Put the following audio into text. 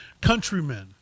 countrymen